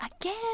again